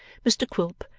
mr quilp,